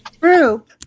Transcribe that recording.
Group